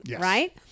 right